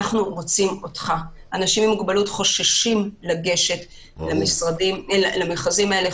אנשים עם מוגבלות חוששים לגשת למכרזים האלה,